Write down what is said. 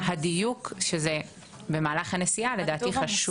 הדיוק שזה במהלך הנסיעה הוא חשוב.